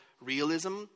realism